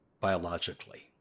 biologically